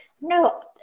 no